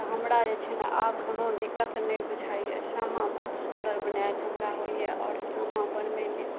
तऽ हमरा जे छै ने आब कोनो दिक्कत नहि बुझाइया सामा बहुत सुन्दर बनाएल हमरा होइया आओर सामा बनबैमे